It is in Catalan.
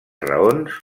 raons